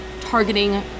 targeting